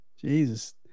Jesus